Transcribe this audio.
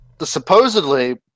supposedly